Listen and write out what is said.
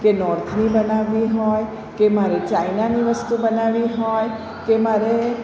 કે નૉર્થની બનાવવી હોય કે મારે ચાઈનાની વસ્તુ બનાવવી હોય કે મારે